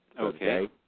Okay